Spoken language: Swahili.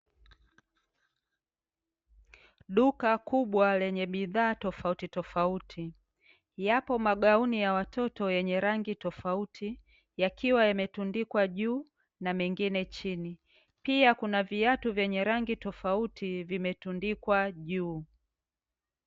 Duka kubwa lenye bidhaa tofauti tofauti, yapo magauni ya watoto yenye rangi tofauti yakiwa yametundikwa juu na mengine chini. Pia kuna viatu vyenye rangi tofauti vimetundikwa juu.